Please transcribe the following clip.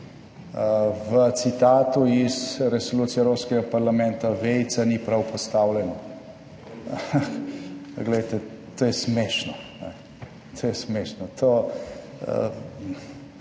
v citatu iz resolucije Evropskega parlamenta vejica ni prav postavljena. Glejte, to je smešno. To je smešno. Ne